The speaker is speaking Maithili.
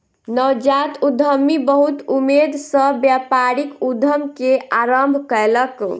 नवजात उद्यमी बहुत उमेद सॅ व्यापारिक उद्यम के आरम्भ कयलक